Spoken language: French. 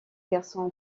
garçon